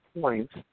points